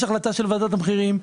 יש החלטה של ועדת המחירים.